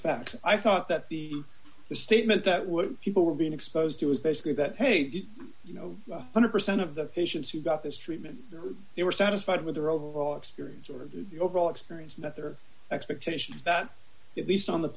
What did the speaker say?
facts i thought that the the statement that what people were being exposed to was basically that paid you know one hundred percent of the patients who got this treatment they were satisfied with their overall experience of the overall experience and that their expectations that at least on the